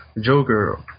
Joker